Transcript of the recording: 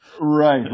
Right